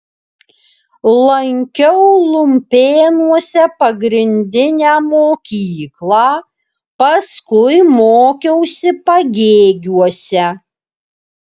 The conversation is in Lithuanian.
lankiau lumpėnuose pagrindinę mokyklą paskui mokiausi pagėgiuose